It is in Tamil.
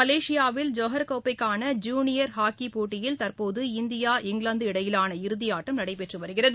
மலேஷியாவில் ஜோஹர் கோப்பைக்கான ஜூனியர் ஹாக்கி போட்டியில் தற்போது இந்தியா இங்கிலாந்து இடையிலான இறுதியாட்டம் நடைபெற்று வருகிறது